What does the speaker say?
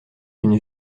d’une